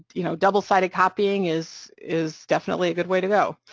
you know, double-sided copying is is definitely a good way to go.